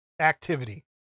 activity